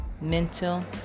mental